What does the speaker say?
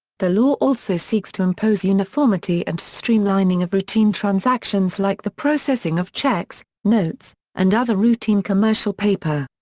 the law also seeks to impose uniformity and streamlining of routine transactions like the processing of checks, notes, and other routine commercial paper.